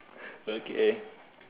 okay